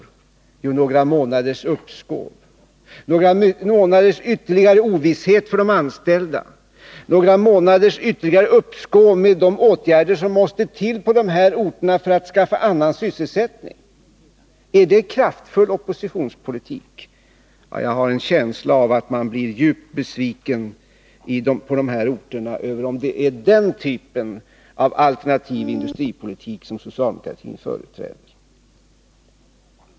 Jo, några månaders uppskov. Några månaders ytterligare ovisshet för de anställda. Några månaders ytterligare uppskov med de åtgärder som måste till på dessa orter för att skaffa annan sysselsättning. Är det kraftfull oppositionspolitik? Jag har en känsla av att man på dessa orter blir djupt besviken om det är den typen av alternativ industripolitik som socialdemokratin företräder.